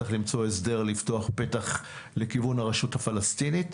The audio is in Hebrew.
צריך למצוא הסדר לפתוח פתח לכיוון הרשות הפלסטינית,